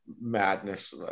madness